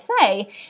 say